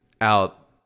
out